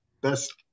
best